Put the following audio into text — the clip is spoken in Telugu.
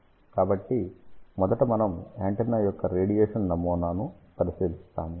కాబట్టి మొదట మనం యాంటెన్నా యొక్క రేడియేషన్ నమూనా ను పరిశీలిస్తాము